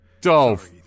Dolph